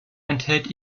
enthält